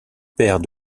paire